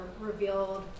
revealed